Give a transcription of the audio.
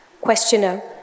Questioner